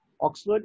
Oxford